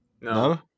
No